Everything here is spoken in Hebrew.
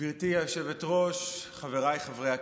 גברתי היושבת-ראש, חבריי חברי הכנסת,